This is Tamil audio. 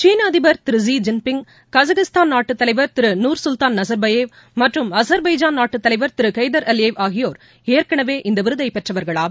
சீன அதிபர் திரு ஸி ஜின்பிங் கஜகிஸ்தான் நாட்டு தலைவர் திரு நூர் துல்தான் நசர் பாயேவ் மற்றும் அர்பெய்ஜான் நாட்டுத்தலைவர் திரு கெய்தர் அலியேவ் ஆகியோர் ஏற்கனவே இந்த விருதை பெற்றவர்கள் ஆவர்